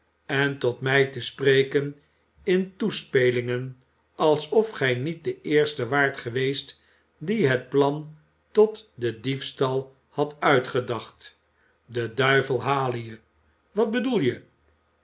en tot mij te spreken in toespelingen alsof gij niet de eerste waart geweest die het plan tot den diefstal hadt uitgedacht de duivel hale je wat bedoel je